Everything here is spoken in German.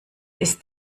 ist